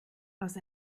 aus